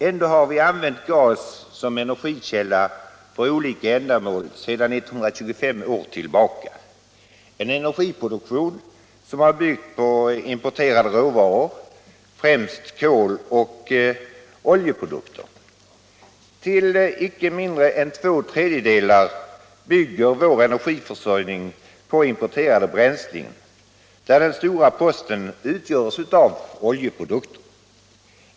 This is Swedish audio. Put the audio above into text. Ändå har vi i vårt land använt gas som energikälla för olika ändamål sedan 125 år, en energiproduktion som byggt på importerade råvaror, främst kol och oljeprodukter. Till inte mindre än två tredjedelar bygger vår energiförsörjning på importerade bränslen, där den stora posten utgörs av oljeprodukter.